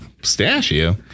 pistachio